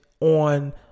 on